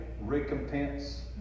recompense